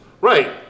Right